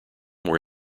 were